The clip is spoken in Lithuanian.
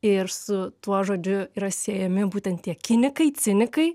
ir su tuo žodžiu yra siejami būtent tie kinikai cinikai